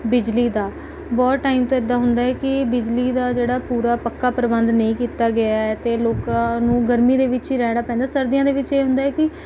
ਬਿਜਲੀ ਦਾ ਬਹੁਤ ਟਾਇਮ ਤੋਂ ਏਦਾਂ ਹੁੰਦਾ ਹੈ ਕਿ ਬਿਜਲੀ ਦਾ ਜਿਹੜਾ ਪੂਰਾ ਪੱਕਾ ਪ੍ਰਬੰਧ ਨਹੀਂ ਕੀਤਾ ਗਿਆ ਹੈ ਅਤੇ ਲੋਕਾਂ ਨੂੰ ਗਰਮੀ ਦੇ ਵਿੱਚ ਰਹਿਣਾ ਪੈਂਦਾ ਸਰਦੀਆਂ ਦੇ ਵਿੱਚ ਇਹ ਹੁੰਦਾ ਹੈ ਕਿ